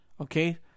Okay